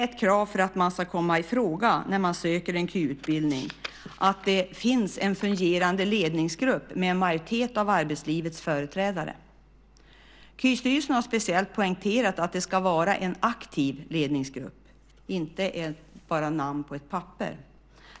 Ett krav för att man ska komma ifråga när man söker en kvalificerad yrkesutbildning är att det finns en fungerande ledningsgrupp med en majoritet av arbetslivets företrädare. KY-styrelsen har speciellt poängterat att det ska vara en aktiv ledningsgrupp, inte bara namn på ett papper.